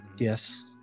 yes